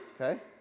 okay